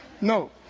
no